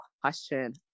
question